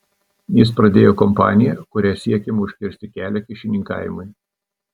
jis pradėjo kampaniją kuria siekiama užkirsti kelią kyšininkavimui